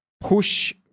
push